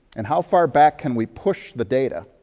and how far back can we push the data,